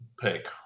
pick